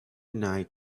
night